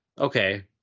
okay